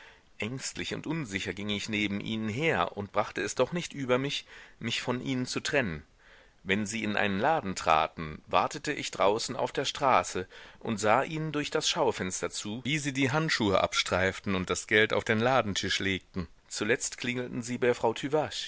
ängstlich und unsicher ging ich neben ihnen her und brachte es doch nicht über mich mich von ihnen zu trennen wenn sie in einen laden traten wartete ich draußen auf der straße und sah ihnen durch das schaufenster zu wie sie die handschuhe abstreiften und das geld auf den ladentisch legten zuletzt klingelten sie bei frau